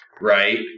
right